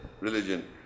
religion